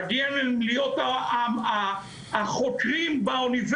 מגיע להם להיות החוקרים באוניברסיטה.